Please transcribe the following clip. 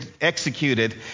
executed